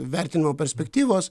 vertinimo perspektyvos